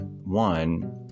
one